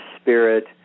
spirit